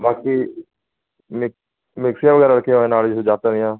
ਬਾਕੀ ਮਿਕਸ ਵਗੈਰਾ ਰੱਖੇ ਹੋਏ ਨਾਲ ਜਾ ਰਹੇ ਆ